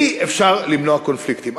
אי-אפשר למנוע קונפליקטים.